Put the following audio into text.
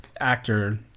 actor